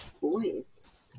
voice